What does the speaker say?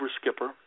Skipper